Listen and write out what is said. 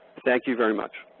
thank you very much.